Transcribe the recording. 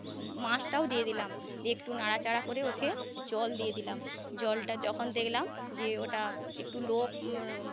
মাছটাও দিয়ে দিলাম দিয়ে একটু নাড়া চাড়া করে ওতে জল দিয়ে দিলাম জলটা যখন দেখলাম যে ওটা একটু লো